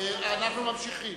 אנחנו ממשיכים.